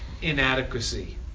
inadequacy